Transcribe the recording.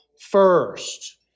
first